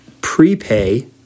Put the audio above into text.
prepay